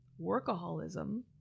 workaholism